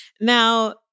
Now